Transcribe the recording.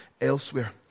elsewhere